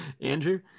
Andrew